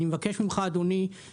אני מבקש ממך אדוני לטפל בזה.